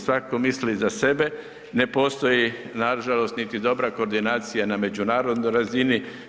Svako misli za sebe, ne postoji nažalost niti dobra koordinacija na međunarodnoj razini.